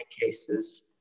cases